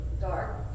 dark